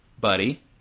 buddy